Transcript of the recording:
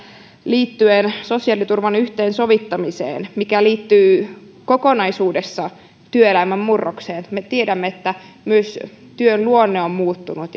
liittyen sosiaaliturvan yhteensovittamiseen mikä liittyy kokonaisuudessaan työelämän murrokseen me tiedämme että myös työn luonne on muuttunut